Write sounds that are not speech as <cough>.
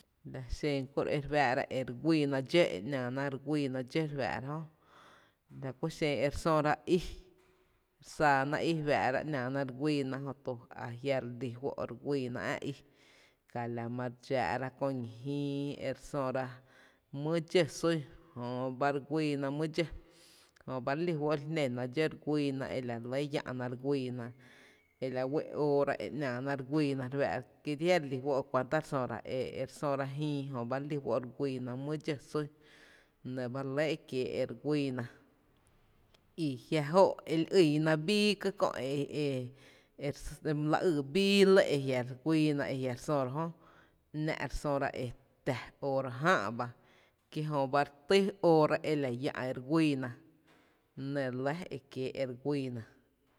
La xen kúro’ ere fáá’ra e re guíína dxó e nⱥⱥ ná re guíina dxó re fáá’ra jö, la ku xen e re söra í, e faa’ra e ‘nⱥⱥ na re guíí na a jia’ re lí fó’ re guíína ä’ í ka la ma re dxáá’ra kö ñí’ jíï e re söra mý dxó sún jöba e re guíína mý dxó jöba re lí fó’ re jnéna dxó re guíína e la re lɇ, llⱥ’ ná re guíína, <noise> e la wee’ óora e e ‘nⱥⱥ ná re guíína re fáá’ra ki jia’ re lí fó’ e kuanta re söra, e re söra jíï jö ba re lí fó’ ere guíína mý dxó sun la nɇ ba re lɇ e kiee’ e re guíína. I jia’ jóó’ e li ýýna bíí ka kö’ e <hesitation> e e my la ýý bíí lɇ e jia’ re guíína e jia’ re söra jö ‘nⱥ’ re söra e tⱥ óora jáá’ bá kijöba re tý oora e la iä’ e re guíína, <noise> la nɇ lɇ e kiee e re guíí na.